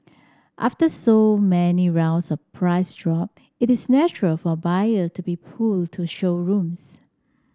after so many rounds of price drop it is natural for buyer to be pulled to showrooms